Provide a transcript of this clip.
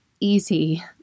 easy